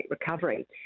recovery